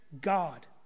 God